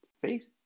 face